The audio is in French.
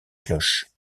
cloches